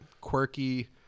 quirky